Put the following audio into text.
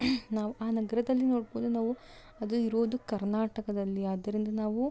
ನಾವು ಆ ನಗರದಲ್ಲಿ ನೋಡ್ಬೋದು ನಾವು ಅದು ಇರೋದು ಕರ್ನಾಟಕದಲ್ಲಿ ಆದ್ದರಿಂದ ನಾವು